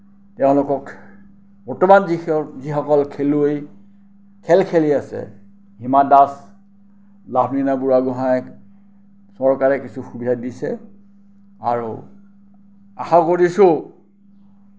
তেওঁলোকক বৰ্তমান যিসকল খেলুৱৈয়ে খেল খেলি আছে হিমা দাস লাভলীনা বুঢ়াগোহাঁইক চৰকাৰে কিছু সুবিধা দিছে আৰু আশা কৰিছোঁ